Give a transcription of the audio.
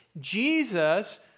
Jesus